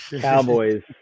Cowboys